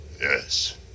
Yes